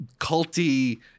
culty